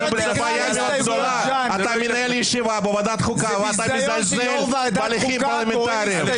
אתה מנהל ישיבה בוועדת החוקה ואתה מזלזל בהליכים פרלמנטריים.